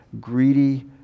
greedy